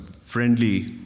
friendly